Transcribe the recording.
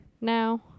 now